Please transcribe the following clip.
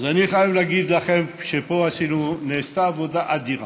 אז אני חייב להגיד לכם שפה נעשתה עבודה אדירה,